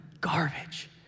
garbage